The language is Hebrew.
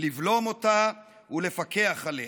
לבלום אותה ולפקח עליה,